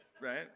right